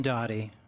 Dottie